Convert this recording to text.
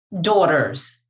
daughters